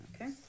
okay